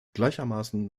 gleichermaßen